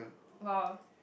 !wow!